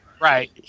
Right